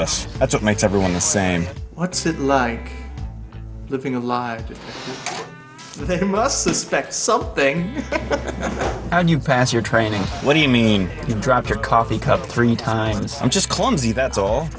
us that's what makes everyone the same what's it like living a lie they must suspect something and you pass your training what do you mean you drop your coffee cup three times i'm just clumsy that's all